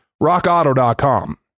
Rockauto.com